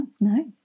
No